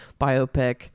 biopic